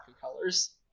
colors